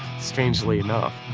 strangely enough.